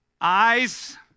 Eyes